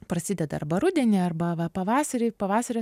prasideda arba rudenį arba va pavasarį pavasario